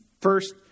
First